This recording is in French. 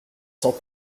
sans